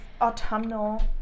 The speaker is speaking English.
autumnal